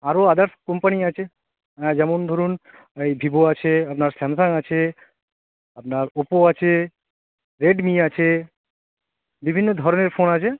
আরও others company আছে অ্যাঁ যেমন ধরুন ওই ভিভো আছে আপনার স্যামসাং আছে আপনার ওপো আছে রেডমি আছে বিভিন্ন ধরনের ফোন আছে